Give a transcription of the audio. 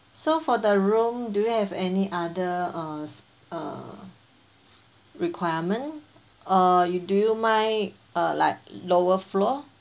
so for the room do you have any other uh s~ uh requirement uh you do you mind uh like lower floor